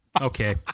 Okay